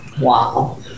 Wow